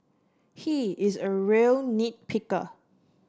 he is a real nit picker